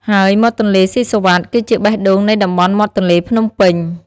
ហើយមាត់ទន្លេសុីសុវត្ថិ គឺជាបេះដូងនៃតំបន់មាត់ទន្លេភ្នំពេញ។